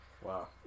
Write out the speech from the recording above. wow